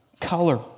color